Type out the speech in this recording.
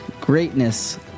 greatness